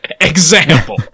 example